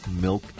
Milk